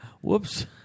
Whoops